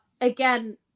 again